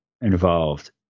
involved